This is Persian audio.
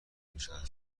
میشود